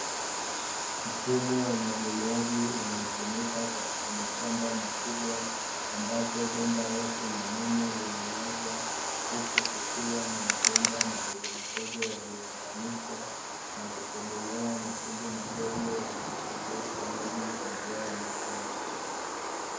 Mfumo wa umwagiliaji unaotumika katika mashamba makubwa, ambapo bomba refu na nene limelazwa huku kukiwa na mabomba madogo madogo yaliyounganishwa, na kutobolewa matundu madogo yanayodondosha maji kwa njia ya matone.